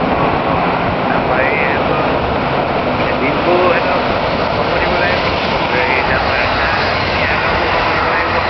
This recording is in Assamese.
অঁ অঁ তাৰপৰা এই এহেঁতক এই ডিম্পু এহেঁতক খবৰ দিব লাগিব এই তাৰপৰা ৰেখা ৰাণী এহেঁতকো খবৰ দিব লাগিব